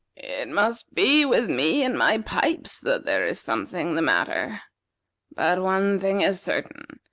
it must be with me and my pipes that there is something the matter. but one thing is certain,